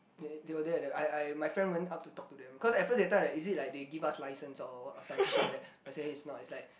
they they were there I I my friends went up to talk to them cause at first they thought like is it like they give us license or what some shit like that then I say it's not it's like